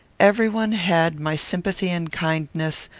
every one had my sympathy and kindness,